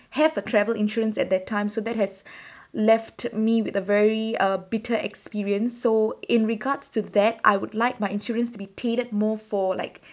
have a travel insurance at that time so that has left me with a very uh bitter experience so in regards to that I would like my insurance to be catered more for like